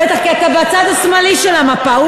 בטח, כי אתה בצד השמאלי של המפה.